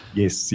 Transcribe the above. yes